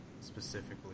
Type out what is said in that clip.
specifically